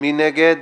מי נגד?